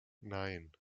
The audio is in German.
nein